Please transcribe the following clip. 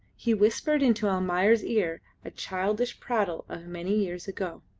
he whispered into almayer's ear a childish prattle of many years ago.